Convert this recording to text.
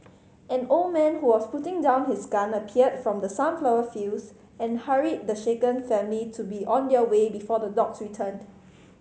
an old man who was putting down his gun appeared from the sunflower fields and hurried the shaken family to be on their way before the dogs returned